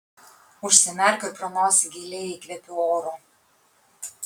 užsimerkiu ir pro nosį giliai įkvėpiu oro